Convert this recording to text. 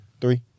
Three